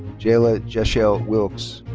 jayla jachelle wilkes.